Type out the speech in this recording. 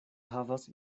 havas